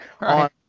on